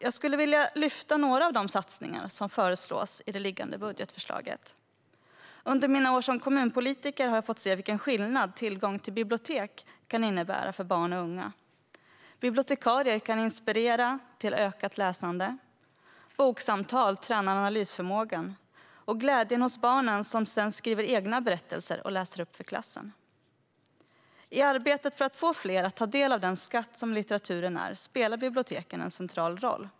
Jag skulle vilja lyfta upp några av de satsningar som föreslås i det liggande budgetförslaget. Under mina år som kommunpolitiker har jag fått se vilken skillnad tillgång till bibliotek kan innebära för barn och unga. Bibliotekarier kan inspirera till ökat läsande, och boksamtal tränar analysförmågan. Detta ger barnen glädje, och de kan sedan skriva egna berättelser att läsa upp för klassen. I arbetet för att få fler att ta del av den skatt som litteraturen är spelar biblioteken en central roll.